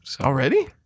Already